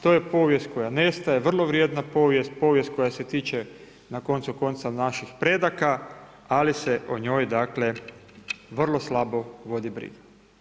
To je povijest koja nestaje, vrlo vrijedna povijest, povijest koja se tiče na koncu konca naših predaka, ali se o njoj dakle vrlo slabo vodi briga.